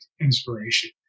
inspiration